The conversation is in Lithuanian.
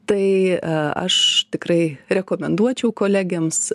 tai aš tikrai rekomenduočiau kolegėms